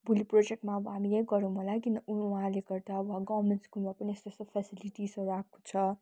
भोलि प्रोजेक्टमा अब हामी यही गरौँ होला है किन उहाँले गर्दा अब गभर्मेन्ट स्कुलमा यस्तो यस्तो फेसिलिटीजहरू आएको छ